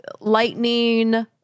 lightning